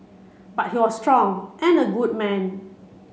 but he was strong and a good man